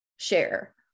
share